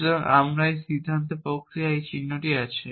সুতরাং আমরা সিদ্ধান্ত প্রক্রিয়ার এই চিহ্ন আছে